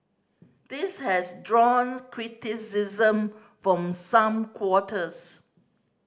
this has drawn criticism from some quarters